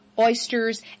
oysters